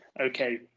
Okay